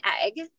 egg